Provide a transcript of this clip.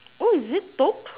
oh is it took